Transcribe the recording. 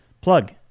Plug